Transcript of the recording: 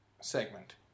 segment